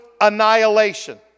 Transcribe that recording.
annihilation